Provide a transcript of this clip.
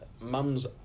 mum's